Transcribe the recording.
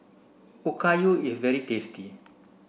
Okayu is very tasty